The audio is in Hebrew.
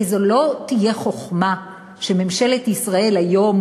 כי זו לא תהיה חוכמה שממשלת ישראל היום,